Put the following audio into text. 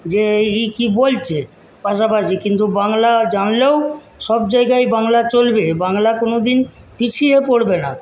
যে এই কি বলছে পাশাপাশি কিন্তু বাংলা জানলেও সব জায়গায় বাংলা চলবে বাংলা কোনোদিন পিছিয়ে পড়বে না